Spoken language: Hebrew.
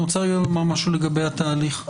אני רוצה לומר משהו לגבי התהליך.